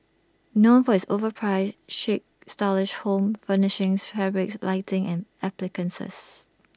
known for its overpriced chic stylish home furnishings fabrics lighting and appliances